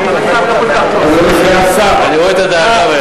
אני רואה את הדאגה בעיניך.